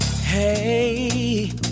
hey